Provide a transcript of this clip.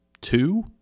two